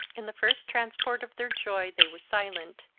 in the first transport of their joy they were silent,